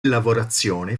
lavorazione